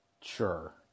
Sure